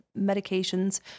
medications